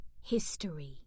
history